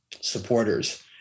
supporters